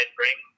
bring